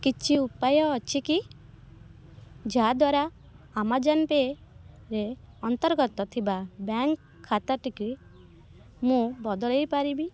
କିଛି ଉପାୟ ଅଛି କି ଯାହାଦ୍ୱାରା ଆମାଜନ୍ ପେ'ରେ ଅନ୍ତର୍ଗତ ଥିବା ବ୍ୟାଙ୍କ୍ ଖାତାଟିକୁ ମୁଁ ବଦଳେଇ ପାରିବି